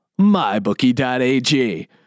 MyBookie.ag